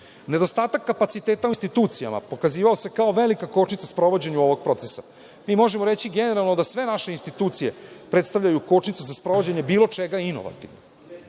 Nedostatak kapaciteta u institucijama pokazivao se kao velika kočnica sprovođenja ovog procesa. Mi možemo reći generalno da sve naše institucije predstavljaju kočnicu za sprovođenje bilo čega inovativnog.